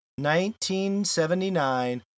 1979